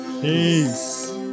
Peace